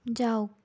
যাওক